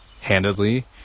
handedly